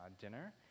dinner